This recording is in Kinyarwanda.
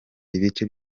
ibice